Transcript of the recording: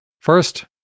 First